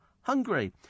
Hungary